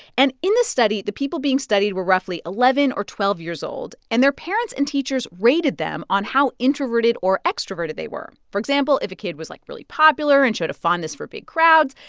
and in the study, the people being studied were roughly eleven or twelve years old, and their parents and teachers rated them on how introverted or extroverted they were. for example, if a kid was, like, really popular and showed a fondness for big crowds,